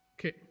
Okay